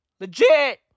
Legit